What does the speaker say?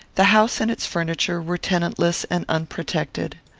the house and its furniture were tenantless and unprotected.